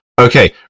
Okay